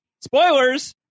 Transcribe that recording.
Spoilers